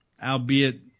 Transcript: albeit